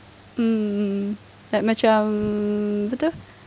mm like macam apa itu